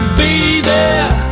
baby